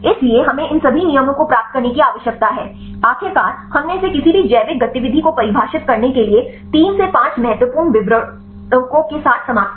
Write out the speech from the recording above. इसलिए हमें इन सभी नियमों को प्राप्त करने की आवश्यकता है आखिरकार हमने इसे किसी भी जैविक गतिविधि को परिभाषित करने के लिए 3 से 5 महत्वपूर्ण विवरणकों के साथ समाप्त किया